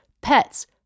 pets